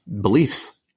beliefs